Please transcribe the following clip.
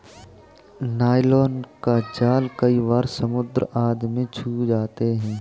nylon का जाल कई बार समुद्र आदि में छूट जाते हैं